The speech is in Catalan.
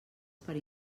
per